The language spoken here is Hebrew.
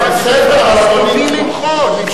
זכותי למחות.